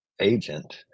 agent